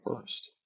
first